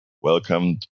Welcome